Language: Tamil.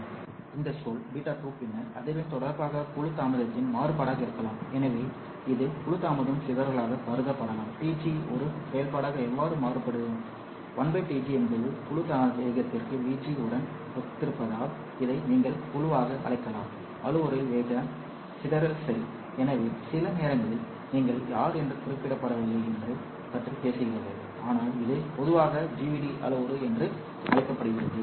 எனவே இந்த சொல் β2 பின்னர் அதிர்வெண் தொடர்பாக குழு தாமதத்தின் மாறுபாடாக இருக்கலாம் எனவே இது குழு தாமதம் சிதறலாக கருதப்படலாம் τg ஒரு செயல்பாடாக எவ்வாறு மாறுபடும் 1 τg என்பது குழு வேகத்திற்கு vg உடன் ஒத்திருப்பதால் இதை நீங்கள் குழுவாக அழைக்கலாம் அளவுருவில் வேகம் சிதறல் சரி எனவே சில நேரங்களில் நீங்கள் யார் என்று குறிப்பிடப்படவில்லை இது பற்றி பேசுகிறது ஆனால் இது பொதுவாக GVD அளவுரு என்று அழைக்கப்படுகிறது